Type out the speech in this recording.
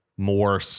more